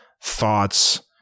thoughts